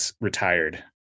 retired